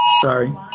Sorry